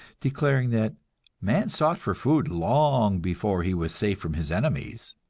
declaring that man sought for food long before he was safe from his enemies.